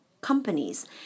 companies